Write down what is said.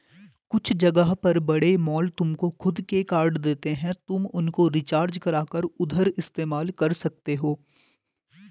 कुछ जगह पर बड़े मॉल तुमको खुद के कार्ड देते हैं तुम उनको रिचार्ज करा कर उधर इस्तेमाल कर सकते हो